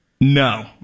No